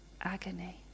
agony